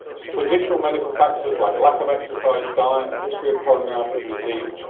traditional medical factors like lack of exercise, diet, history of coronary artery disease,